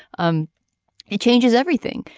um it changes everything.